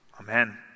Amen